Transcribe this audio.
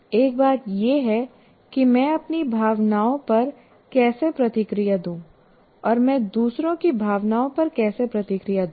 एक बात यह है कि मैं अपनी भावनाओं पर कैसे प्रतिक्रिया दूं और मैं दूसरों की भावनाओं पर कैसे प्रतिक्रिया करूं